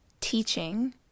teaching